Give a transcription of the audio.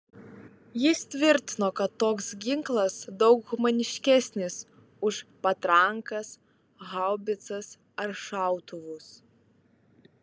jis tvirtino kad toks ginklas daug humaniškesnis už patrankas haubicas ar šautuvus